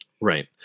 Right